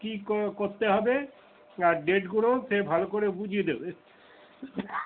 কি ক করতে হবে আর ডেটগুলো সে ভাল করে বুঝিয়ে দেবে